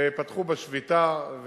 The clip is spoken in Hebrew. ופתחו בשביתה,